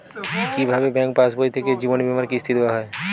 কি ভাবে ব্যাঙ্ক পাশবই থেকে জীবনবীমার কিস্তি দেওয়া হয়?